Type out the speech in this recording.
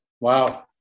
Wow